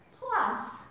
plus